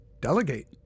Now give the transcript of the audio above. Delegate